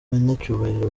banyacyubahiro